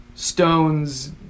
Stones